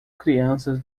crianças